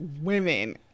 women